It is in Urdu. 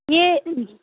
یہ